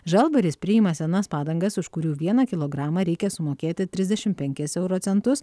žalvaris priima senas padangas už kurių vieną kilogramą reikia sumokėti trisdešim penkis euro centus